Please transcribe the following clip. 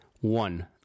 One